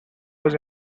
was